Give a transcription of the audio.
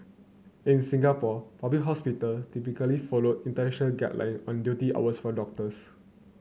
in Singapore public hospital typically follow international guideline on duty hours for doctors